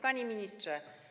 Panie Ministrze!